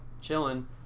chilling